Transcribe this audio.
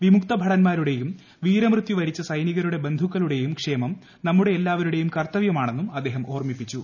വിമുക്ത ഭടൻമാരുടെയും വീരമൃത്യു വരിച്ച സൈനികരുടെ ബന്ധുക്കളുടെയും ക്ഷേമം നമ്മുടെ എല്ലാവരുടെയും കർത്തവൃമാണെന്നും അദ്ദേഹം ഓർമിപ്പിച്ചു